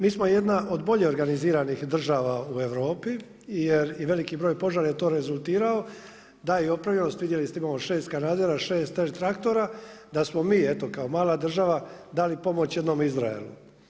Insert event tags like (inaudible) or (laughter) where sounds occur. Mi smo jedna od bolje organiziranih država u Europi jer i veliki broj požara je to rezultirao da i opremljenost vidjeli ste imamo 6 kanadera, 6 … (unintelligible) traktora da smo mi evo kao mala država dali pomoć jednom Izraelu.